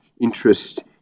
interest